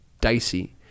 dicey